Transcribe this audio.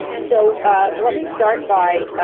so let me start by